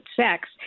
sex